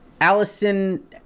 Allison